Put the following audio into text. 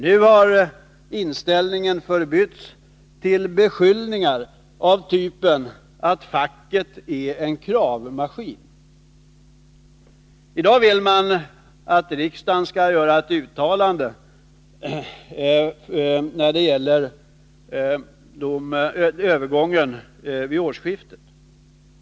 Nu har inställningen förbytts till beskyllningar av typen att facket är en kravmaskin. I dag vill man att riksdagen skall göra ett uttalande när det gäller övergången vid årsskiftet.